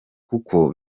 kuko